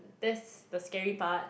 that's the scary part